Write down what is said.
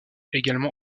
également